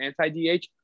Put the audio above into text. anti-DH